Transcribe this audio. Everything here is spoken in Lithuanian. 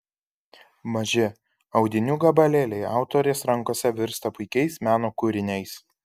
maži audinių gabalėliai autorės rankose virsta puikiais meno kūriniais